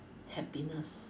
happiness